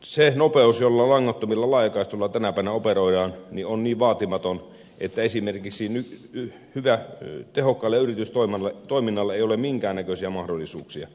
se nopeus jolla langattomilla laajakaistoilla tänä päivänä operoidaan on niin vaatimaton että esimerkiksi tehokkaalle yritystoiminnalle ei ole minkään näköisiä mahdollisuuksia